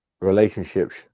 relationships